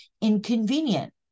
inconvenient